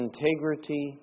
integrity